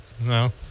no